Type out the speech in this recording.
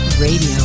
Radio